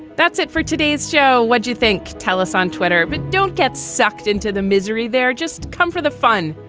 that's it for today's show. what do you think? tell us on twitter. but don't get sucked into the misery there. just come for the fun.